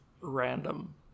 random